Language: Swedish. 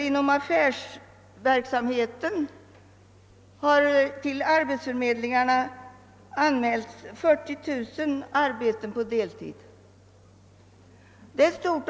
Från affärslivet har t.ex. till arbetsförmedlingarna anmälts 40 000 arbetstillfällen på deltid.